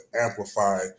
amplify